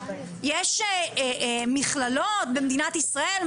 יש מכללות במדינת ישראל,